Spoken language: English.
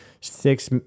six